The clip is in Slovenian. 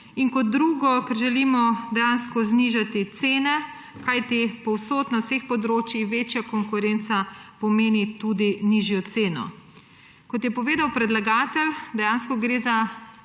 Kot drugo, ker želimo dejansko znižati cene, kajti povsod, na vseh področjih večja konkurenca pomeni tudi nižjo ceno. Kot je povedal predlagatelj, gre dejansko za